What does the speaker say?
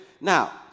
Now